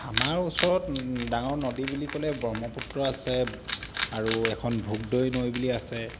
আমাৰ ওচৰত ডাঙৰ নদী বুলি ক'লে ব্ৰহ্মপুত্ৰ আছে আৰু এখন ভোগদৈ নৈ বুলি আছে